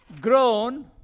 grown